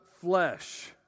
flesh